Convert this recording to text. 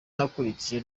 nakurikije